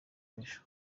w’ejo